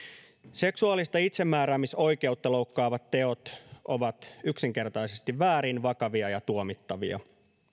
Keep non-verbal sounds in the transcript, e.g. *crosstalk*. seksuaalista itsemääräämisoikeutta loukkaavat teot *unintelligible* ovat yksinkertaisesti väärin vakavia ja tuomittavia